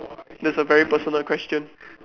that's a very personal question